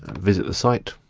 visit the site.